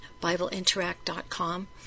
BibleInteract.com